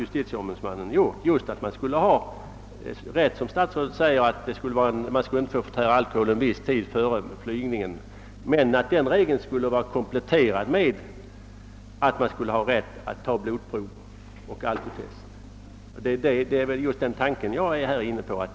Justitieombudsmannen föreslog att flygplansförare inte skulle få förtära alkohol under viss tid före flygning, men denna regel ville han komplettera med att man skulle ha rätt att ta blodprov och alkotest. Det är just denna tanke jag är inne på.